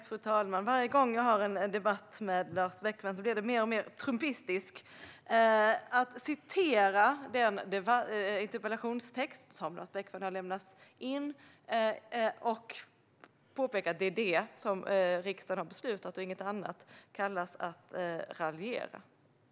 Fru talman! Varje gång jag har en debatt med Lars Beckman blir det mer och mer trumpistiskt. Att citera den interpellation som Lars Beckman har ställt och påpeka att det är detta som riksdagen har beslutat och inget annat kallas att raljera.